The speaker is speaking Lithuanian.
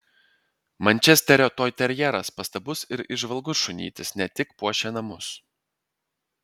mančesterio toiterjeras pastabus ir įžvalgus šunytis ne tik puošia namus